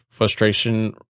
Frustration